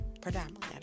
predominantly